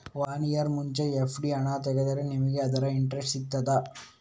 One year ಮುಂಚೆ FD ಹಣ ತೆಗೆದ್ರೆ ನಮಗೆ ಅದರ ಇಂಟ್ರೆಸ್ಟ್ ಸಿಗ್ತದ?